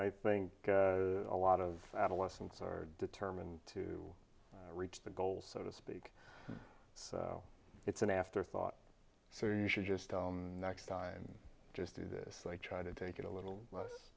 i think a lot of adolescents are determined to reach the goal so to speak so it's an afterthought so you should just next time just do this try to take it a little less